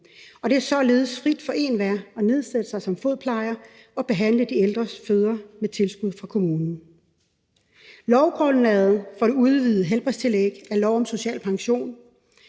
det er således frit for enhver at nedsætte sig som fodplejer og behandle de ældres fødder med tilskud fra kommunen. Lovgrundlaget for det udvidede helbredstillæg er lov om social pension,